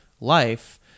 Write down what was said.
life